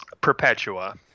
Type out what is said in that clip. Perpetua